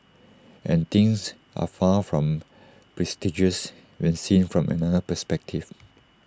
and things are far from prestigious when seen from another perspective